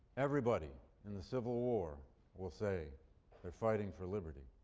everybody in the civil war will say they're fighting for liberty.